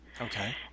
Okay